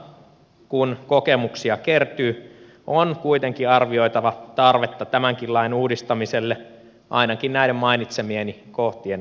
jatkossa kun kokemuksia kertyy on kuitenkin arvioitava tarvetta tämänkin lain uudistamiselle ainakin näiden mainitsemieni kohtien osalta